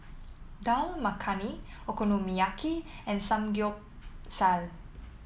Dal Makhani Okonomiyaki and Samgeyopsal